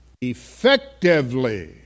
effectively